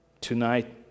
tonight